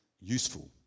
useful